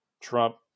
Trump